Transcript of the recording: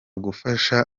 gufasha